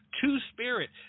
two-spirit